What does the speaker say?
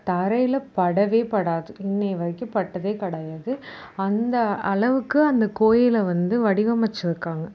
தரையில படவே படாது இன்னய வரைக்கும் பட்டதே கிடயாது அந்த அளவுக்கு அந்த கோயிலை வந்து வடிவமைச்சிருக்காங்க